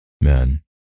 Man